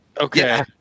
Okay